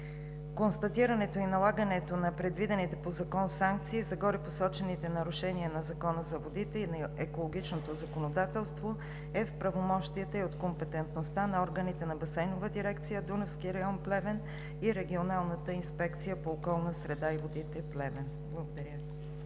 Констатирането и налагането на предвидените по закон санкции за горепосочените нарушения на Закона за водите и на екологичното законодателство е в правомощията и от компетентността на органите на Басейнова дирекция „Дунавски район“ – Плевен, и Регионалната инспекция по околна среда и води – Плевен. Благодаря